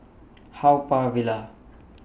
Haw Par Villa